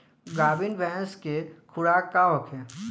गाभिन भैंस के खुराक का होखे?